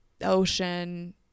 ocean